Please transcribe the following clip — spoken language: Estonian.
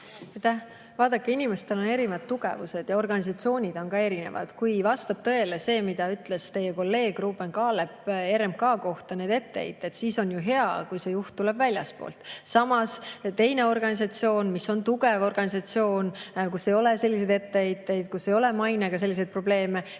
Vaadake, inimestel on erinevad tugevused ja organisatsioonid on erinevad. Kui vastab tõele see, mida ütles teie kolleeg Ruuben Kaalep RMK kohta, [et asutusele] on need etteheited, siis on ju hea, kui uus juht tuleb väljastpoolt. Samas kui on teine organisatsioon, mis on tugev organisatsioon, kus ei ole selliseid etteheiteid, kus ei ole mainega selliseid probleeme,